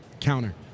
counter